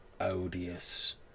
odious